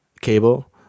cable